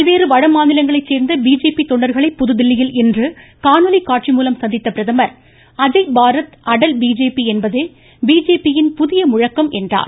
பல்வேறு வடமாநிலங்களைச் சேர்ந்த பிஜேபி தொண்டர்களை புதுதில்லியில் இன்று காணொலி காட்சி மூலம் சந்தித்த பிரதமர் அஜய் பாரத் அடல் பிஜேபி என்பதே பிஜேபி யின் புதிய முழக்கம் என்றார்